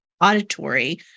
auditory